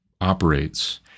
operates